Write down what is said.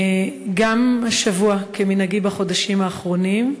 גם השבוע, כמנהגי בחודשים האחרונים,